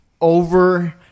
Over